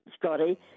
scotty